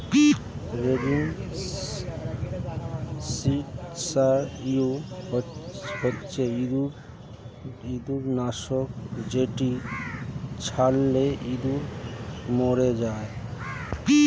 rodenticide হচ্ছে ইঁদুর নাশক যেটি ছড়ালে ইঁদুর মরে যায়